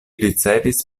ricevis